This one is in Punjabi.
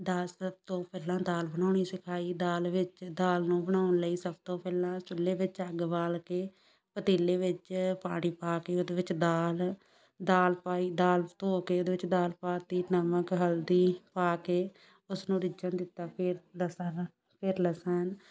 ਦਾਲ ਸਭ ਤੋਂ ਪਹਿਲਾਂ ਦਾਲ ਬਣਾਉਣੀ ਸਿਖਾਈ ਦਾਲ ਵਿੱਚ ਦਾਲ ਨੂੰ ਬਣਾਉਣ ਲਈ ਸਭ ਤੋਂ ਪਹਿਲਾਂ ਚੁੱਲੇ ਵਿੱਚ ਅੱਗ ਬਾਲ ਕੇ ਪਤੀਲੇ ਵਿੱਚ ਪਾਣੀ ਪਾ ਕੇ ਉਹਦੇ ਵਿੱਚ ਦਾਲ ਦਾਲ ਪਾਈ ਦਾਲ ਧੋ ਕੇ ਉਹਦੇ ਵਿੱਚ ਦਾਲ ਪਾ ਤੀ ਨਮਕ ਹਲਦੀ ਪਾ ਕੇ ਉਸਨੂੰ ਰਿੱਝਣ ਦਿੱਤਾ ਫਿਰ ਉਸ ਦਾ ਸਾਰਾ ਫਿਰ ਲਸਣ